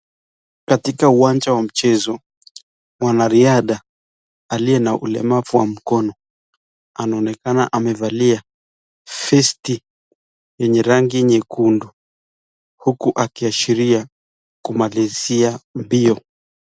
Katika uwanja wa mchezo mwanariadha aliye na ulemavu wa mkono anaonekana amevalia vesti yenye rangi nyekundu huku akiashiria kumalizia mbio